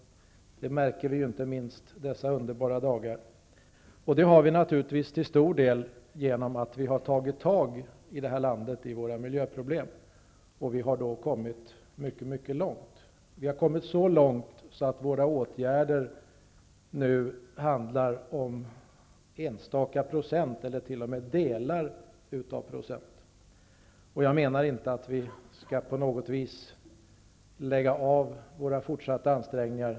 Det märker vi inte minst dessa underbara dagar. Det har vi naturligtvis till stor del på grund av att vi i det här landet har tagit tag i våra miljöproblem, och vi har kommit mycket långt. Vi har kommit så långt att våra åtgärder nu handlar om enstaka procent eller t.o.m. delar av procent. Jag menar inte att vi på något vis skall lägga av med våra fortsatta ansträngningar.